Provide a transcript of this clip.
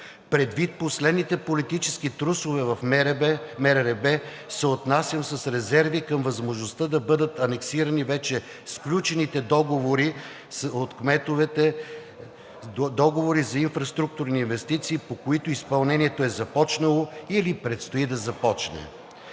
Предвид последните политически трусове в МРРБ се отнасям с резерви към възможността да бъдат анексирани вече включените сключени договори от кметовете за инфраструктурни инвестиции, по които изпълнението е започнало или предстои да започне.